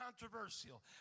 controversial